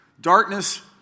Darkness